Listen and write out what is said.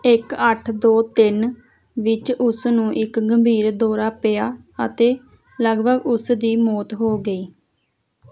ਇੱਕ ਅੱਠ ਦੋ ਤਿੰਨ ਵਿੱਚ ਉਸ ਨੂੰ ਇੱਕ ਗੰਭੀਰ ਦੌਰਾ ਪਿਆ ਅਤੇ ਲਗਭਗ ਉਸ ਦੀ ਮੌਤ ਹੋ ਗਈ